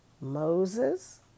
Moses